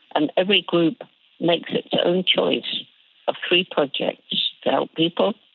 and every group makes its own choice of three projects to help people,